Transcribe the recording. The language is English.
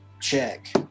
check